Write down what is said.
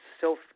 self